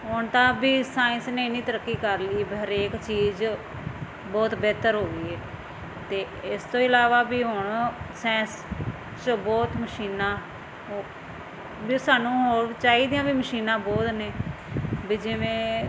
ਹੁਣ ਤਾਂ ਵੀ ਸਾਇੰਸ ਨੇ ਇੰਨੀ ਤਰੱਕੀ ਕਰ ਲਈ ਹਰੇਕ ਚੀਜ਼ ਬਹੁਤ ਬਿਹਤਰ ਹੋ ਗਈ ਹੈ ਅਤੇ ਇਸ ਤੋਂ ਇਲਾਵਾ ਵੀ ਹੁਣ ਸੈਂਸ ਸ਼ੋ ਬਹੁਤ ਮਸ਼ੀਨਾਂ ਓ ਵੀ ਸਾਨੂੰ ਚਾਹੀਦੀਆਂ ਵੀ ਮਸ਼ੀਨਾਂ ਬਹੁਤ ਨੇ ਵੀ ਜਿਵੇਂ